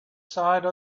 side